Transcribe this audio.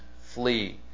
flee